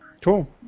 cool